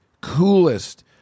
coolest